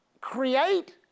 create